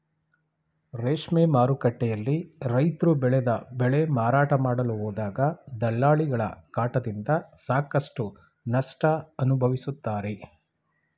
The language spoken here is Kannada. ರೇಷ್ಮೆ ಮಾರುಕಟ್ಟೆಯಲ್ಲಿ ರೈತ್ರು ಬೆಳೆದ ಬೆಳೆ ಮಾರಾಟ ಮಾಡಲು ಹೋದಾಗ ದಲ್ಲಾಳಿಗಳ ಕಾಟದಿಂದ ಸಾಕಷ್ಟು ನಷ್ಟ ಅನುಭವಿಸುತ್ತಾರೆ